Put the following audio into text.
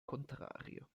contrario